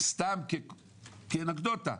סתם כאנקדוטה,